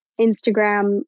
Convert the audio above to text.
Instagram